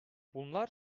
bunlar